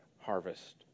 Harvest